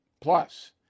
Plus